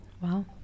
Wow